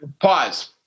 pause